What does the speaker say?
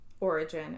origin